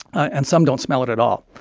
and some don't smell it at all.